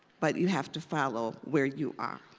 but you have to follow where you are.